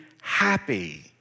happy